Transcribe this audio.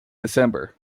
december